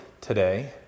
today